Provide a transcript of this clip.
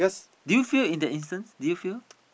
do you fail in that instance do you feel